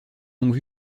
longue